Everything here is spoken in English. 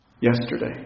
Yesterday